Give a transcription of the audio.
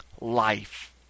life